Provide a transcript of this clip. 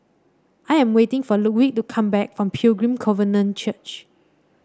I am waiting for Ludwig to come back from Pilgrim Covenant Church